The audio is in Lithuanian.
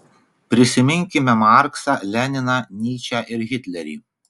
prisiminkime marksą leniną nyčę ir hitlerį